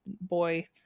boy